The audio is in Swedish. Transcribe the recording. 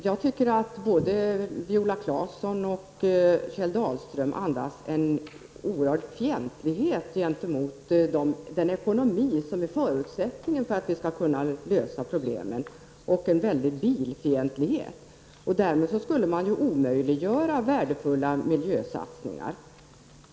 Jag tycker att både Viola Claesson och Kjell Dahlström andas en oerhörd fientlighet gentemot den ekonomi som är förutsättningen för att vi skall kunna lösa problemen, och de är dessutom väldigt bilfientliga. Därmed skulle värdefulla miljösatsningar omöjliggöras.